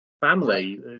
family